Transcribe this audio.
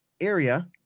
area